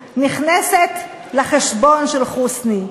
לפעמים עם אבו מאזן, נכנסת לחשבון של חוסני.